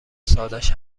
سادش